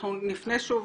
אנחנו נפנה שוב